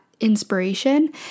inspiration